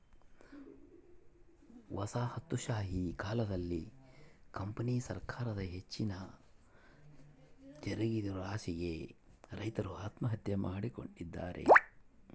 ವಸಾಹತುಶಾಹಿ ಕಾಲದಲ್ಲಿ ಕಂಪನಿ ಸರಕಾರದ ಹೆಚ್ಚಿನ ತೆರಿಗೆದುರಾಸೆಗೆ ರೈತರು ಆತ್ಮಹತ್ಯೆ ಮಾಡಿಕೊಂಡಿದ್ದಾರೆ